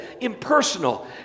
impersonal